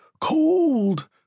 Cold